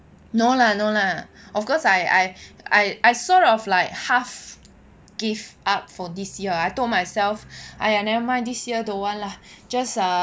no lah no lah of course I I I sort of like half give up for this year I told myself !aiya! nevermind this year don't want lah just ah